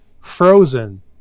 frozen